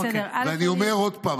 אני אומר עוד פעם,